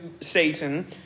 Satan